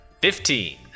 Fifteen